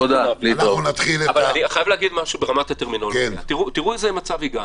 תראו איזה מצב הגענו.